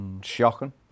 shocking